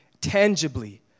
tangibly